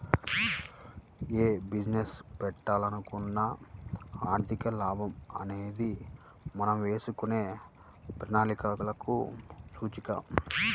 యే బిజినెస్ పెట్టాలనుకున్నా ఆర్థిక లాభం అనేది మనం వేసుకునే ప్రణాళికలకు సూచిక